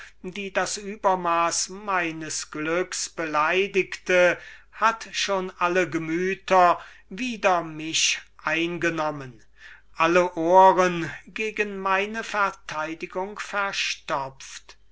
die das übermaß meines glücks beleidigte hat schon alle gemüter wider mich eingenommen und alle ohren gegen meine verteidigung verstopft